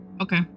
okay